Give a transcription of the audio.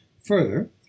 Further